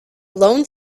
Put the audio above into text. lone